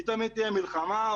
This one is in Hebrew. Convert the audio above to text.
היא תיגע במלחמה,